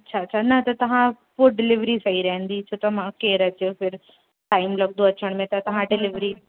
अच्छा अच्छा न त तव्हां पोइ डिलीवरी सही रहंदी छो त मूंखे अच फ़िर टाइम लॻदो अचनि में तव्हां डिलीवरी